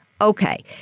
Okay